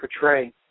portray